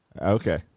Okay